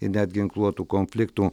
ir net ginkluotų konfliktų